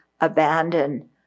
abandon